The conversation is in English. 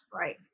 right